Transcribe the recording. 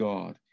God